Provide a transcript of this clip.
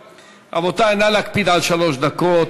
רבותי, נא להקפיד על שלוש דקות.